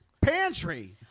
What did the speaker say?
pantry